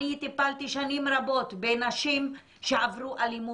אני טיפלתי שנים רבות בנשים שעברו אלימות,